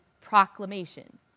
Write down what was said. proclamation